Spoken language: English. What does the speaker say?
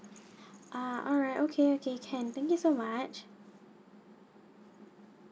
ah alright okay okay can thank you so much